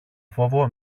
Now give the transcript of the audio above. φόβο